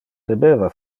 debeva